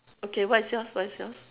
okay what is yours what is yours